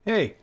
Hey